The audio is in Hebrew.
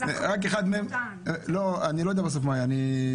ורק אחד מהם ----- אני לא יודע מה היה בסוף